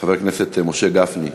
חבר הכנסת משה גפני,